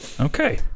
okay